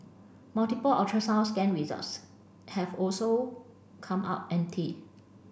multiple ultrasound scan results have also come up empty